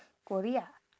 korea